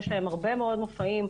יש להם הרבה מאוד מופעים,